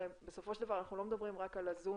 הרי בסופו של דבר אנחנו לא מדברים רק על הזום